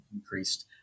increased